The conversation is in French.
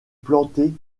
plantés